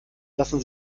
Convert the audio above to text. lassen